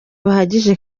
bahagije